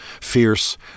fierce